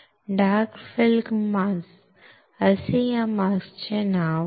dark field mask असे या मास्कचे नाव आहे